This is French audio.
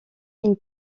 une